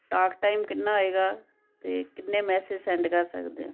talktime ਕਿੰਨਾ ਹੋਵੇਗਾ ਅਤੇ ਕਿੰਨੇ ਮੈਸਿਜ ਸੈਂਡ ਕਰ ਸਕਦੇ ਹਾਂ